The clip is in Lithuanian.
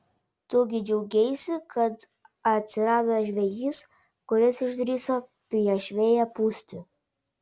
tu gi džiaugeisi kad atsirado žvejys kuris išdrįso prieš vėją pūsti